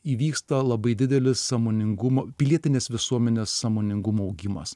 įvyksta labai didelis sąmoningumo pilietinės visuomenės sąmoningumo augimas